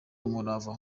umurava